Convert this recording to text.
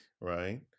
right